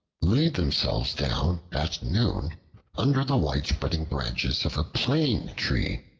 laid themselves down at noon under the widespreading branches of a plane-tree.